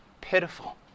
pitiful